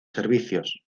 servicios